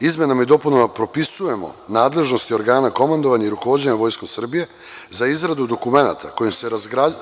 Izmenama i dopunama propisujemo nadležnosti organa, komandovanje i rukovođenje Vojskom Srbije za izradu dokumenata kojim se